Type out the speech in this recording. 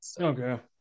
Okay